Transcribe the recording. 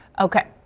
okay